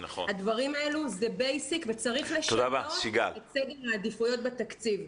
הדברים האלה הם בייסיק וצריך סדר עדיפויות בתקציב.